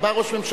בא ראש ממשלה,